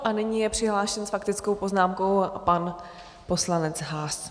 A nyní je přihlášen s faktickou poznámkou pan poslanec Haas.